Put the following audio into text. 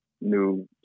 new